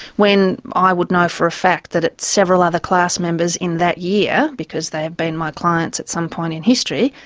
when i would know for a fact that several other class members in that year, because they have been my clients at some point in history,